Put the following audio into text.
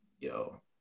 yo